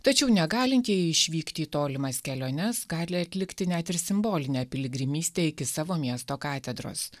tačiau negalintieji išvykti į tolimas keliones gali atlikti net ir simbolinę piligrimystę iki savo miesto katedros